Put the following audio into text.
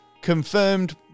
confirmed